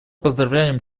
поздравляем